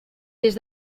des